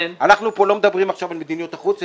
אנחנו פה לא מדברים עכשיו על מדיניות החוץ,